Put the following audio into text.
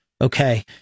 Okay